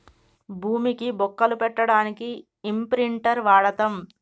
భూమికి బొక్కలు పెట్టడానికి ఇంప్రింటర్ వాడతం